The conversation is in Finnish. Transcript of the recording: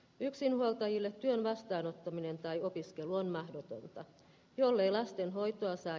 yksinhuoltajille työn vastaanottaminen tai opiskelu on mahdotonta jollei lastenhoitoa saa